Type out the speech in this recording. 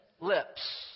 lips